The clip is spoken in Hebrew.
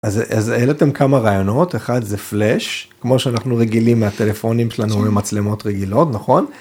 אז העלתם כמה רעיונות, אחד זה פלאש, כמו שאנחנו רגילים מהטלפונים שלנו ומצלמות רגילות, נכון?